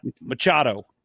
Machado